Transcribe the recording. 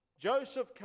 Joseph